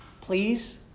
please